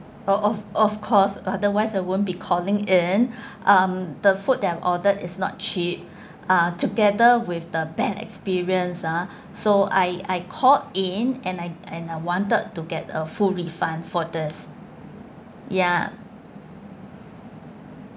of of course otherwise I won't be calling in um the food that I ordered is not cheap ah together with the bad experience ah so I I called in and I and I wanted to get a full refund for this ya